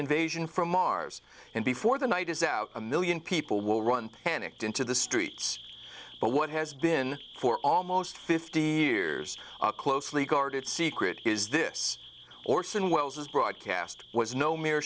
invasion from mars and before the night is out a million people will run panicked into the streets but what has been for almost fifty years a closely guarded secret is this orson welles's broadcast was no m